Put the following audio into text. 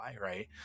Right